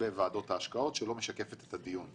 בוועדות ההשקעות שלא משקף את הדיון.